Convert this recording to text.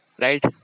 right